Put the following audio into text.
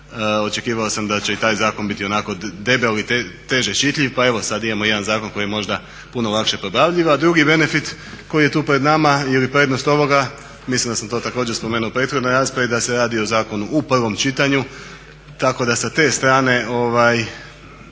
Očekivao sam da će i taj zakon biti onako debel i teže čitljiv, pa evo sad imamo jedan zakon koji je možda puno lakše probavljiv. A drugi benefit koji je tu pred nama ili prednost ovoga mislim da sam to također spomenuo u prethodnoj raspravi da se radi o zakonu u prvom čitanju, tako da sa te strane